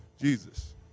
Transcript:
Jesus